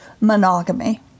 monogamy